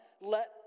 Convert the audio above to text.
let